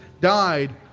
died